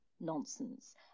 nonsense